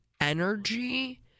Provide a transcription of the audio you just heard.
energy